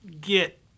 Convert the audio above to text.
get